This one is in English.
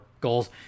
goals